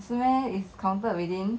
是 meh is counted within